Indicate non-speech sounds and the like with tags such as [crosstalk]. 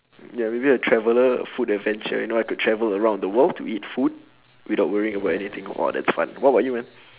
ya maybe a traveller a food adventure you know I could travel around the world to eat food without worrying about anything oh that's fun what about you man [breath]